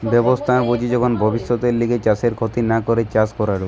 বাসস্থান বুঝি যখন ভব্যিষতের লিগে চাষের ক্ষতি না করে চাষ করাঢু